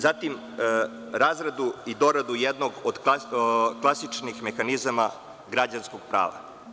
Zatim, razradu i doradu jednog od klasičnih mehanizama građanskog prava.